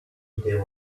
idée